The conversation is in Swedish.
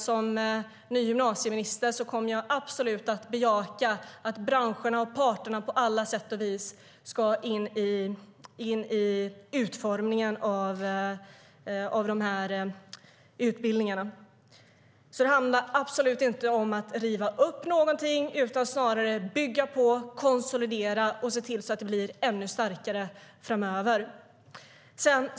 Som ny gymnasieminister kommer jag absolut att bejaka att branscherna och parterna på alla sätt och vis ska vara med i utformningen av de här utbildningarna. Det handlar alltså absolut inte om att riva upp någonting utan snarare om att bygga på, konsolidera och se till att det blir ännu starkare framöver.